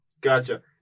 Gotcha